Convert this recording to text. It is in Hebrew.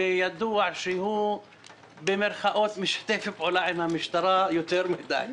אני חבר כנסת שידוע שהוא במרכאות - משתף פעולה עם המשטרה יותר מדיי.